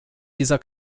dieser